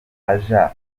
aja